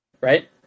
Right